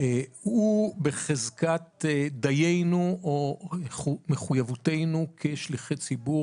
הוא בחזקת דיינו, או מחויבותנו כשליחי ציבור